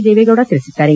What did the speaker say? ದೇವೇಗೌಡ ತಿಳಿಸಿದ್ದಾರೆ